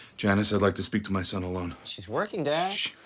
janice, i'd like to speak to my son alone. she's working, dad. shhh